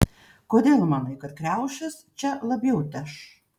kodėl manai kad kriaušės čia labiau teš